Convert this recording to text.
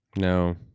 No